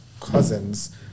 cousins